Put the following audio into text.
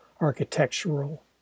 architectural